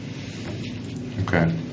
Okay